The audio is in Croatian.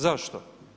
Zašto?